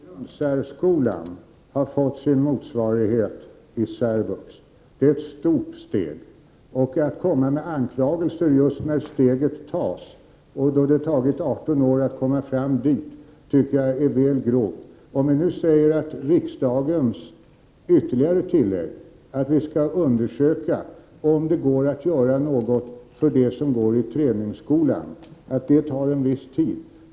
Herr talman! Grundsärskolan har fått sin motsvarighet i särvux. Det är ett stort steg, och att komma med anklagelser just när steget tas och det tagit 18 år att komma fram dit, tycker jag är väl grovt. Nu säger vi att riksdagens ytterligare tillägg, att vi skall undersöka om det går att göra något för dem som går i träningsskolan, tar en viss tid.